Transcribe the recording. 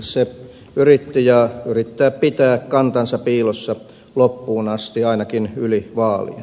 se yritti ja yrittää pitää kantansa piilossa loppuun asti ainakin yli vaalien